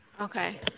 Okay